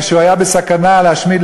כשהוא היה בסכנה להשמיד,